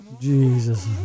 Jesus